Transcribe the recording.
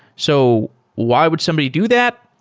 so why would somebody do that?